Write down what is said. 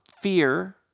fear